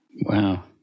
Wow